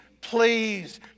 please